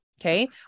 Okay